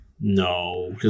No